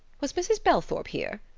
was mrs. belthrop here?